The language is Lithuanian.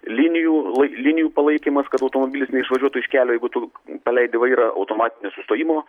linijų linijų palaikymas kad automobilis neišvažiuotų iš kelio jeigu tu paleidi vairą automatinio sustojimo